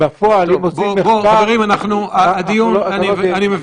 בפועל, אם עושים מחקר --- חברים, אני מבין.